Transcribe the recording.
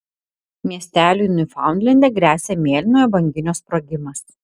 miesteliui niufaundlende gresia mėlynojo banginio sprogimas